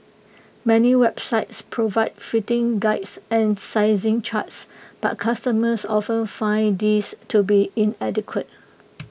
many websites provide fitting Guides and sizing charts but customers often find these to be inadequate